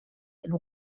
and